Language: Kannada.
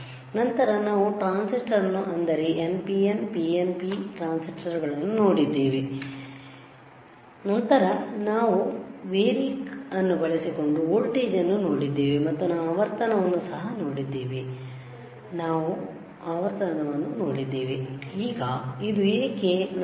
ನಂತರ ನಾವು ಟ್ರಾನ್ಸಿಸ್ಟರ್ಗಳನ್ನು ಅಂದರೆ PNP NPN ಟ್ರಾನ್ಸಿಸ್ಟರ್ಗಳನ್ನು ನೋಡಿದ್ದೇವೆ ನಂತರ ನಾವು ವೇರಿಯಕ್ ಅನ್ನು ಬಳಸಿಕೊಂಡು ವೋಲ್ಟೇಜ್ ಅನ್ನು ನೋಡಿದ್ದೇವೆ ಮತ್ತು ನಾವು ಆವರ್ತನವನ್ನು ಸಹ ನೋಡಿದ್ದೇವೆ ಈಗ ಅದು ಏಕೆ 49